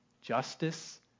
justice